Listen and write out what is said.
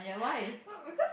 because